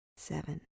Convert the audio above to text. Seven